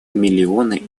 миллионы